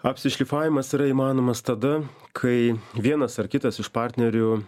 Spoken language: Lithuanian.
apsišlifavimas yra įmanomas tada kai vienas ar kitas iš partnerių